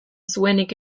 zuenik